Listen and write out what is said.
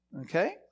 Okay